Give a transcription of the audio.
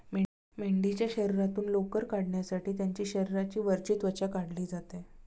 मेंढीच्या शरीरातून लोकर काढण्यासाठी त्यांची शरीराची वरची त्वचा काढली जाते